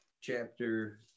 chapter